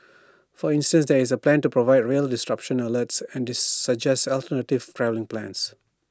for instance there is A plan to provide rail disruption alerts and suggest alternative travelling plans